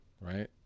right